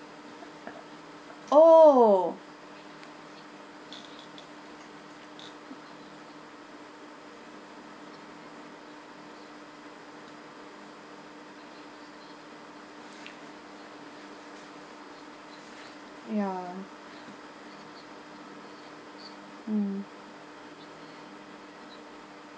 oh ya mm